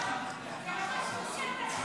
7)